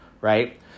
right